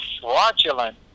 fraudulent